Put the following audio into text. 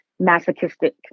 masochistic